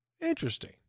Interesting